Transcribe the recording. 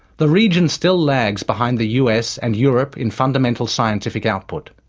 the region still lags behind the us and europe in fundamental scientific output,